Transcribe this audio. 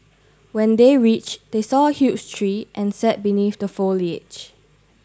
when they reach they saw huge tree and set beneath the foliage